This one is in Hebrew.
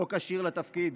לא כשיר לתפקיד,